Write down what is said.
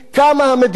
קמה המדינה,